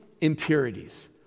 impurities